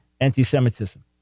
anti-Semitism